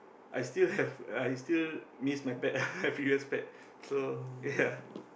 I still have I still miss my pet my previous pet so ya